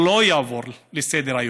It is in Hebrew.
לא נעבור עליו לסדר-היום,